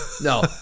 No